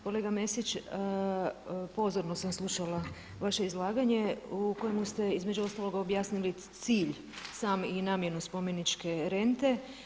Kolega Mesić, pozorno sam slušala vaše izlaganje u kojemu ste između ostaloga objasnili cilj sam i namjenu spomeničke rente.